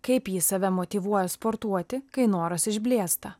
kaip ji save motyvuoja sportuoti kai noras išblėsta